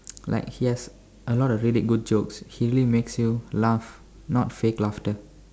like he has a lot of really good jokes he really makes you laugh not fake laughter